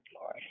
Lord